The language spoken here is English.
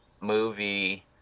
movie